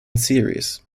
series